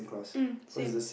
mm same